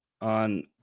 on